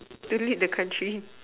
to lead the country